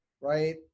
right